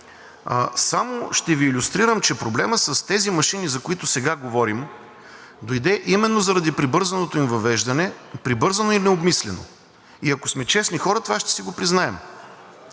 Само ще Ви илюстрирам, че проблемът с тези машини, за които сега говорим, дойде именно заради прибързаното им въвеждане. Прибързано и необмислено. Ако сме честни хора, това ще си го признаем.